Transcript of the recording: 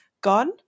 gone